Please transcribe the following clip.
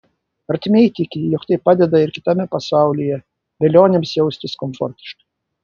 artimieji tiki jog tai padeda ir kitame pasaulyje velioniams jaustis komfortiškai